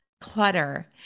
clutter